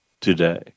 today